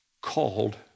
called